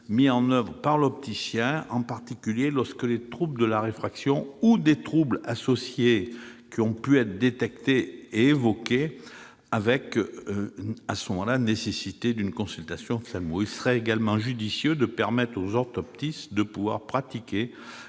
mis en oeuvre par l'opticien, en particulier lorsque des troubles de la réfraction ou des troubles associés ont été détectés, et de la nécessité d'une consultation ophtalmologique. Il serait également judicieux de permettre aux orthoptistes de pratiquer